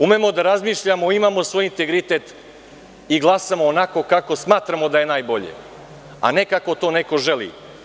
Umemo da razmišljamo, imamo svoj integritet i glasamo onako kako smatramo da je najbolje, a ne kako to neko želi.